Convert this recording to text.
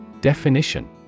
Definition